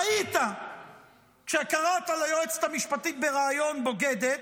טעית כשקראת ליועצת המשפטית בריאיון "בוגדת".